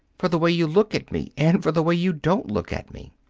for the way you look at me, and for the way you don't look at me.